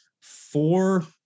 four